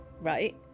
right